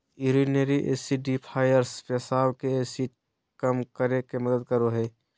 urinary acidifiers पेशाब के acid कम करे मे मदद करो हय